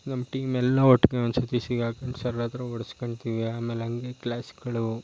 ನಮ್ಮ ಟೀಮ್ ಎಲ್ಲ ಒಟ್ಟಿಗೆ ಒಂದು ಸರ್ತಿ ಸಿಗಾಕ್ಕೊಂಡು ಸರ್ ಹತ್ರ ಒಡ್ಸ್ಕೊಳ್ತೀವಿ ಆಮೇಲೆ ಹಂಗೆ ಕ್ಲಾಸ್ಗಳು